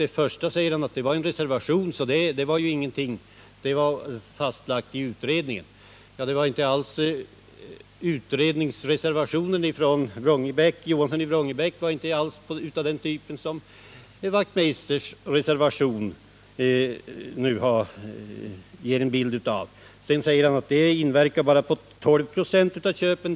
Den första punkten gällde en reservation, säger han, så det var ingenting särskilt — det var fastlagt i utredningen. Men utredningsreservationen av Gunnar Johansson från Vrångebäck var inte alls av den typ som den moderata reservationen nu. Vidare säger Hans Wachtmeister att detta inverkar bara på 12 96 av köpen.